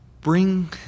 bring